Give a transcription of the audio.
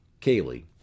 Kaylee